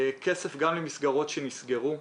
נתנו כסף גם למסגרות שנסגרו.